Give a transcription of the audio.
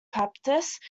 baptist